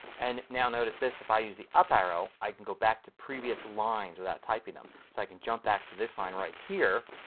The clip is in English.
and now notice this. if i use the up arrow i can go back to previous lines without typing them. so i can jump back to this line right here